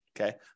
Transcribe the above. Okay